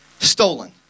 Stolen